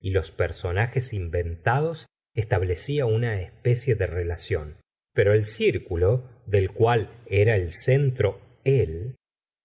y los personajes inventad establecía una especie de relación pero el circun del cual era el centro él